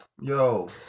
Yo